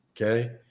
Okay